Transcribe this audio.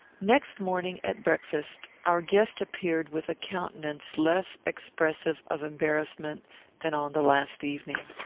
next morning, at breakfast, our guest appeared with a countenance less expressive of embarrassment than on the last evening.